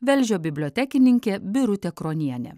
velžio bibliotekininkė birutė kronienė